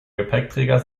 gepäckträger